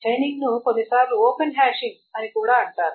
chaining ను కొన్నిసార్లు open hashing అని కూడా అంటారు